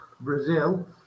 Brazil